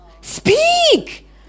Speak